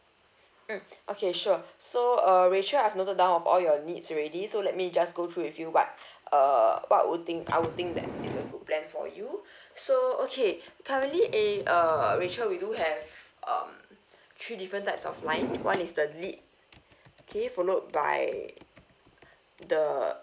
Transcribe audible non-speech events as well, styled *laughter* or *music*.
mm okay sure so uh rachel I've noted down of all your needs already so let me just go through with you what *breath* uh what would think I would think that is a good plan for you *breath* so okay currently a uh rachel we do have um three different types of line one is the lead okay followed by *breath* the